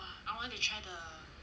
!wah! I want to try the